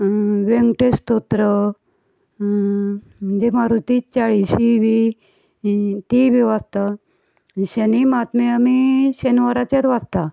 व्यंकटेश स्तोत्र म्हणजे मारुती चाळिशी बीन ती बी वाचता शनी महात्म आमी शेनवाराचेंच वाचता